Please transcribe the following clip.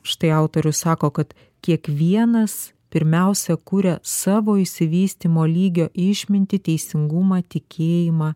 štai autorius sako kad kiekvienas pirmiausia kuria savo išsivystymo lygio išmintį teisingumą tikėjimą